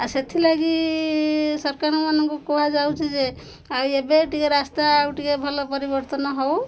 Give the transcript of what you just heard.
ଆଉ ସେଥିଲାଗି ସରକାରଙ୍କମାନଙ୍କୁ କୁହାଯାଉଛି ଯେ ଆଉ ଏବେ ଟିକେ ରାସ୍ତା ଆଉ ଟିକେ ଭଲ ପରିବର୍ତ୍ତନ ହେଉ